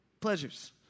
Pleasures